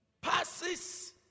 passes